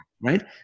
Right